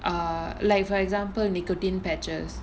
a like for example nicotine patches